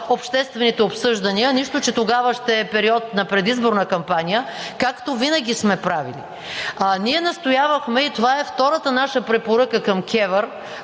обществените обсъждания, нищо че тогава ще е период на предизборна кампания, както винаги сме правили. Ние настоявахме, и това е втората наша препоръка към КЕВР,